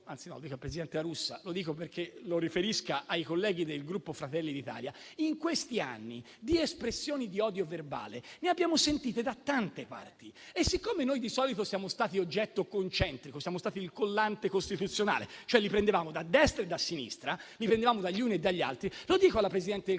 di odio. Presidente La Russa, lo dico a lei perché lo riferisca ai colleghi del Gruppo Fratelli d'Italia: in questi anni di espressioni di odio verbale ne abbiamo sentite da tante parti e noi di solito ne siamo stati oggetto da parte di tutti, siamo stati collante costituzionale, cioè le prendevamo da destra e da sinistra, le prendevamo dagli uni e dagli altri. Lo dico alla Presidente del